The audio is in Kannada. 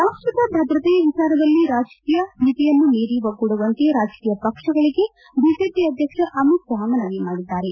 ರಾಷ್ಟದ ಭದ್ರತೆಯ ವಿಚಾರದಲ್ಲಿ ರಾಜಕೀಯ ಮಿತಿಯನ್ನು ಮೀರಿ ಒಗ್ಗೂಡುವಂತೆ ರಾಜಕೀಯ ಪಕ್ಷಗಳಿಗೆ ಬಿಜೆಪಿ ಅಧ್ಯಕ್ಷ ಅಮಿತ್ ಷಾ ಮನವಿ ಮಾಡಿದ್ದಾರೆ